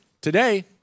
today